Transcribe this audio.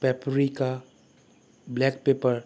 paprika black paper